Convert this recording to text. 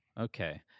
Okay